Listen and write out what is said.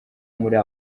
muri